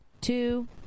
Two